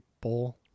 bowl